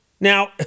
Now